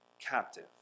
captive